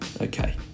Okay